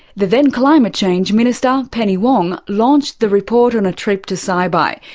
the then climate change minister, penny wong, launched the report on a trip to saibai,